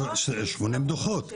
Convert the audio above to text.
שמונים דוחות.